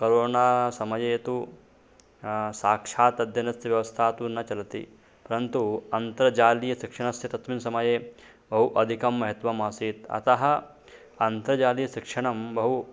करोणासमये तु साक्षात् अध्ययनस्य व्यवस्था तु न चलति परन्तु अन्तर्जालीयशिक्षणस्य तस्मिन् समये बहु अधिकं महत्त्वम् आसीत् अतः अन्तर्जालीयशिक्षणं बहु